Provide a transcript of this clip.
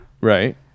Right